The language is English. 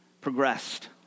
progressed